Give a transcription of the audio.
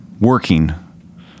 working